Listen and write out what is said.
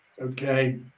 Okay